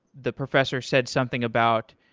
the professor said something about,